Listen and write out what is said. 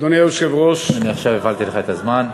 אדוני היושב-ראש, אני עכשיו הפעלתי לך את הזמן.